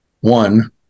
one